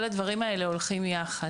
כל הדברים האלה הולכים יחד.